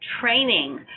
training